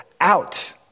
out